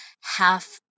half